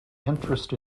interest